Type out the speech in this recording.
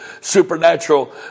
supernatural